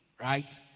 right